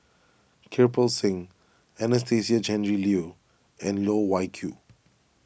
Kirpal Singh Anastasia Tjendri Liew and Loh Wai Kiew